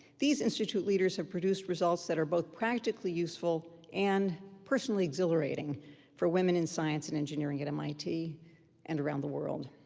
these institute leaders have produced results that are both practically useful and personally exhilarating for women in science and engineering at mit and around the world.